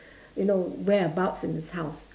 you know whereabouts in this house